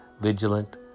vigilant